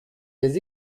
des